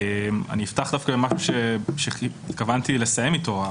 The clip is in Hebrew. אני אפתח דווקא עם משהו שהתכוונתי לסיים איתו.